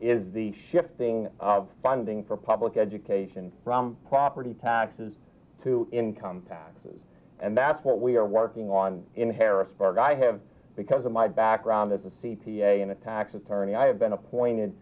is the shifting of funding for public education from property taxes to income taxes and that's what we are working on in harrisburg i have because of my background as a c p a and a tax attorney i have been appointed